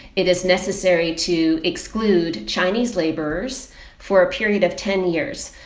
it is necessary to exclude chinese laborers for a period of ten years.